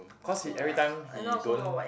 cause he every time he don't